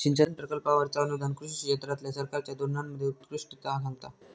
सिंचन प्रकल्पांवरचा अनुदान कृषी क्षेत्रातल्या सरकारच्या धोरणांमध्ये उत्कृष्टता सांगता